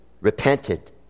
repented